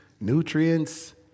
nutrients